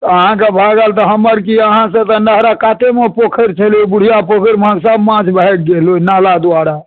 अहाँके भागल तऽ हमर की अहाँसँ तऽ नहरक कातेमे पोखरि छलै बुढ़िया पोखरि महक सभमाछ भागि गेल ओहि नाला द्वारा